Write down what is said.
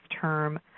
term